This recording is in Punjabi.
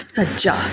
ਸੱਜਾ